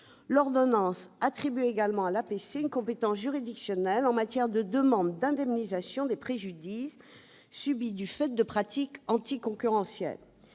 L'ordonnance attribue également à l'APC une compétence juridictionnelle pour les demandes d'indemnisation des préjudices subis du fait de pratiques anticoncurrentielles.